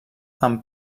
amb